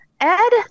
Ed